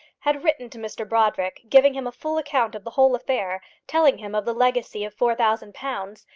had written to mr brodrick, giving him a full account of the whole affair, telling him of the legacy of four thousand pounds,